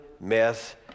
mess